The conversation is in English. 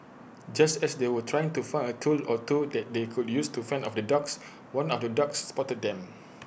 just as they were trying to find A tool or two that they could use to fend off the dogs one of the dogs spotted them